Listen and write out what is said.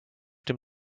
dem